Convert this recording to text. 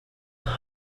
park